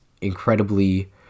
incredibly